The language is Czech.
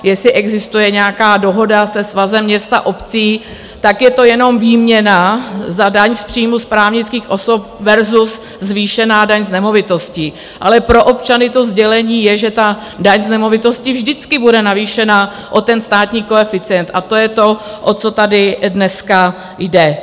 Jestli existuje nějaká dohoda se Svazem měst a obcí, tak je to jenom výměna za daň z příjmů právnických osob versus zvýšená daň z nemovitostí, ale pro občany to sdělení je, že ta daň z nemovitostí vždycky bude navýšena o ten státní koeficient, a to je to, o co tady dneska jde.